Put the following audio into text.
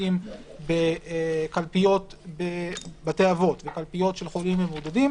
שמתעסקים בקלפיות בבתי אבות וקלפיות של חולים מבודדים,